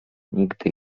nigdy